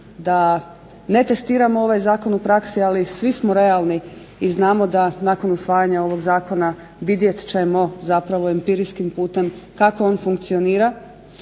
da ne testiramo ovaj zakon u praksi ali svi smo realni i znamo da nakon usvajanja ovog zakona vidjet ćemo zapravo empirijskim putem kako on funkcionira